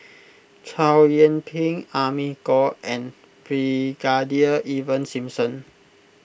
Chow Yian Ping Amy Khor and Brigadier Ivan Simson